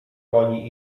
koni